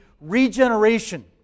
regeneration